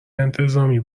انتظامی